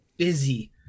busy